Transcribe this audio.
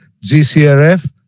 GCRF